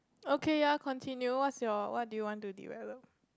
okay ya continue what's your what do you want to develop